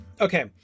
Okay